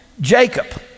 Jacob